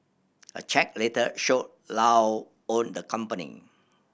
a check later showed Low owned the company